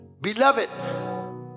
Beloved